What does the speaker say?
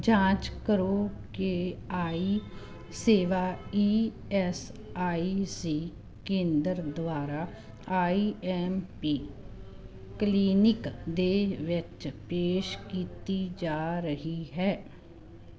ਜਾਂਚ ਕਰੋ ਕਿ ਆਈ ਸੇਵਾ ਈ ਐਸ ਆਈ ਸੀ ਕੇਂਦਰ ਦੁਆਰਾ ਆਈ ਐੱਮ ਪੀ ਕਲਿਨਿਕ ਦੇ ਵਿੱਚ ਪੇਸ਼ ਕੀਤੀ ਜਾ ਰਹੀ ਹੈ